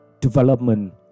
development